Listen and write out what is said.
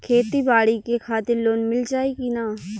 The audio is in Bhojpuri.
खेती बाडी के खातिर लोन मिल जाई किना?